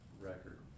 record